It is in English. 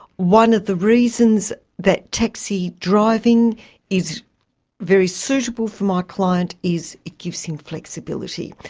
one of the reasons that taxi driving is very suitable for my client is it gives him flexibility.